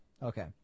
Okay